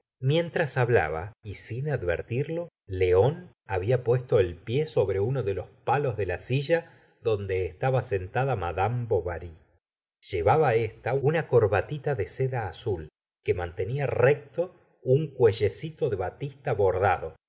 mientras hablaba y sin advertirlo león había puesto el pie sobre uno de los palos de la silla donde estaba sentada madame bovary llevaba ésta una corbatita de seda azul que mantenía recto un cuellecito de batista bordado y